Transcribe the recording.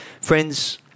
Friends